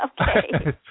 Okay